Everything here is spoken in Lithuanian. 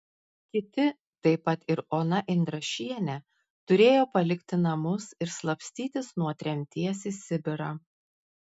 kiti taip pat ir ona indrašienė turėjo palikti namus ir slapstytis nuo tremties į sibirą